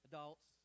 Adults